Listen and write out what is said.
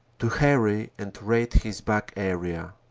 to harry and raid his back area.